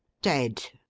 dead,